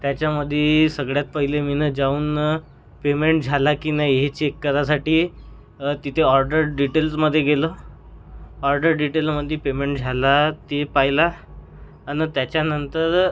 त्याच्यामधी सगळ्यात पहिले मी जाऊन पेमेंट झाला की नाही हे चेक करायसाठी तिथे ऑर्डर डिटेल्समध्ये गेलो ऑर्डर डिटेलमधी पेमेंट झाला ते पाहिला आणि त्याच्यानंतर